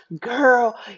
girl